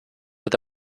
with